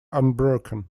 unbroken